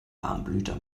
warmblüter